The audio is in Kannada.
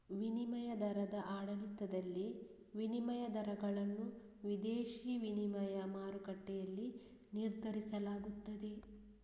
ವಿನಿಮಯ ದರದ ಆಡಳಿತದಲ್ಲಿ, ವಿನಿಮಯ ದರಗಳನ್ನು ವಿದೇಶಿ ವಿನಿಮಯ ಮಾರುಕಟ್ಟೆಯಲ್ಲಿ ನಿರ್ಧರಿಸಲಾಗುತ್ತದೆ